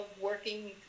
working